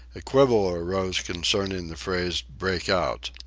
a quibble arose concerning the phrase break out.